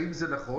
האם זה נכון?